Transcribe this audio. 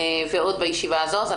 עוד בישיבה הזאת,